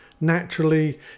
naturally